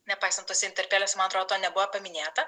nepaisant to sintertelės man atrodo to nebuvo paminėta